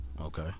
Okay